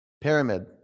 Pyramid